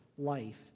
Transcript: life